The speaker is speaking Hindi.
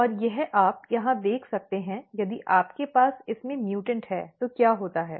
और यह आप यहां देख सकते हैं यदि आपके पास इस में म्यूटॅन्ट है तो क्या होता है